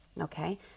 okay